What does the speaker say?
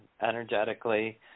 energetically